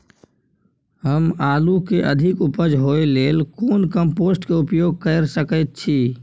हम आलू के अधिक उपज होय लेल कोन कम्पोस्ट के उपयोग कैर सकेत छी?